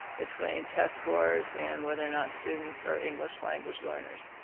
between test scores and whether or not students are english language learners.